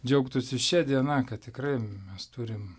džiaugtųsi šia diena kad tikrai mes turim